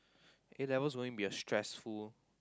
A-levels going to be a stressful